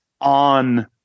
on